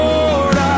Lord